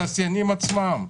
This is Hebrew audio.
את התעשיינים עצמם,